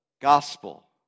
gospel